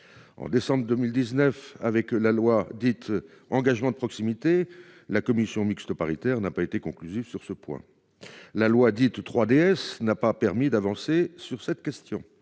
En décembre 2019 avec la loi dite engagement de proximité. La commission mixte paritaire n'a pas été conclusive sur ce point, la loi dit tout 3DS n'a pas permis d'avancer sur cette question.